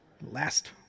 last